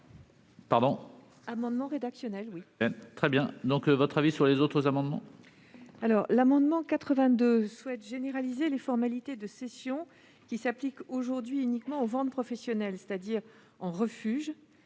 L'amendement n° 82 rectifié tend à généraliser les formalités de cession qui s'appliquent aujourd'hui uniquement aux ventes professionnelles, c'est-à-dire en refuge,